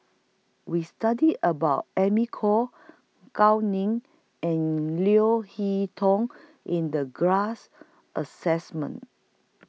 We studied about Amy Khor Gao Ning and Leo Hee Tong in The glass Assessment